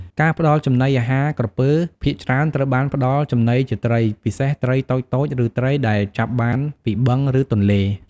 ការផ្តល់ចំណីអាហារក្រពើភាគច្រើនត្រូវបានផ្តល់ចំណីជាត្រី ពិសេសត្រីតូចៗ ឬត្រីដែលចាប់បានពីបឹង ឬទន្លេ។